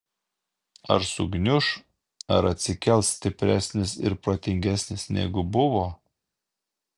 ar sugniuš ar atsikels stipresnis ir protingesnis negu buvo